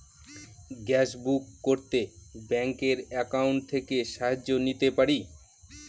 Gas book করতে ব্যাংকের account থেকে সাহায্য নিতে পারি?